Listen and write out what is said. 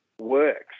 works